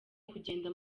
kugenda